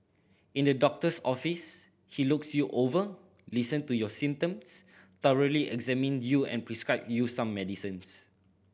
in the doctor's office he looks you over listen to your symptoms thoroughly examine you and prescribe you some medication